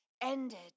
ended